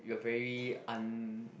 we're very un~